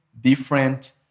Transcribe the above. different